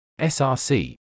src